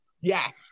yes